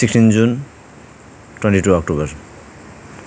sixteen June twenty two October